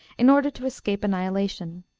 in order to escape annihilation.